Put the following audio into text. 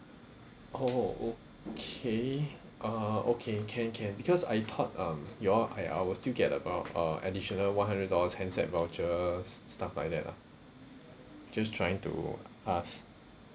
oh okay uh okay can can because I thought um you all I I will still get about uh additional one hundred dollars handset vouchers stuff like that lah just trying to ask